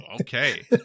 okay